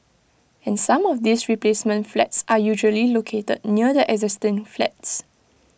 and some of these replacement flats are usually located near the existing flats